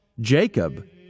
Jacob